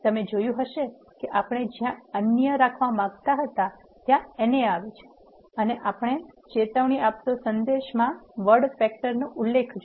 તમે જોયુ હશે કે આપણે જ્યા અન્ય રાખવા માગંતા હતા ત્યા NA આવે છે અને આપણે ચેતવણી આપતો સંદેશ માં વર્ડ ફેક્ટર નો ઉલેખ્ખ જોયો